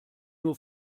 nur